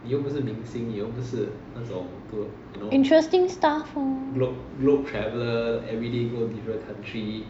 interesting stuff lor